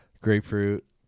grapefruit